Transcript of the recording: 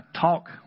talk